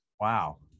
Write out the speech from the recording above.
Wow